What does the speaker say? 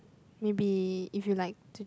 maybe if you like to